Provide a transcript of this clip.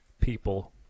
people